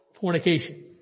fornication